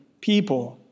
people